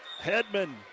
Headman